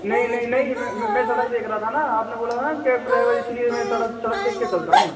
नहीं नहीं नहीं मैं मैं सड़क देख रहा था ना आपने बोला ना कैब ड्राइवर इसीलिए मैं सड़क सड़क देख कर चलता हूँ मैं